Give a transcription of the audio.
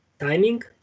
timing